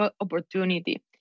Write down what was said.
opportunity